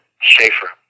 Schaefer